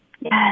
Yes